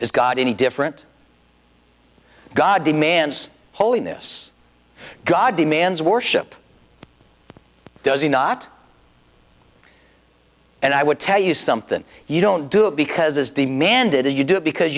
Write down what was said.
is god any different god demands holiness god demands worship does he not and i would tell you something you don't do it because it's demanded that you do it because